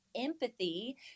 empathy